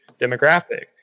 demographic